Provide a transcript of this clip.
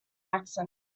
accent